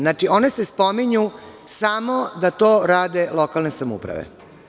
Znači, one se spominju samo da to rade lokalne samouprave.